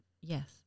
Yes